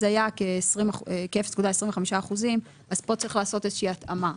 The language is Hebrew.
אז זה היה כ-0.25%, וצריך לעשות איזושהי התאמה.